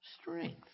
strength